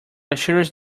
assurances